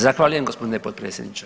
Zahvaljujem gospodine potpredsjedniče.